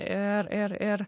ir ir ir